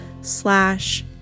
slash